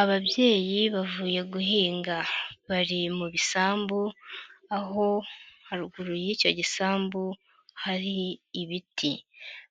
Ababyeyi bavuye guhinga bari mu bisambu aho haruguru y'icyo gisambu hari ibiti,